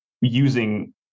using